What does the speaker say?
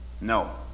No